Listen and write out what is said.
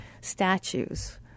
statues